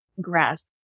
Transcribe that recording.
grass